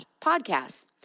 podcasts